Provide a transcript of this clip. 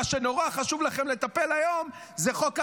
מה שנורא חשוב לכם לטפל בו היום, זה חוק הרבנים.